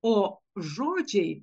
o žodžiai